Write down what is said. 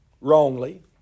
wrongly